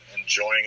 enjoying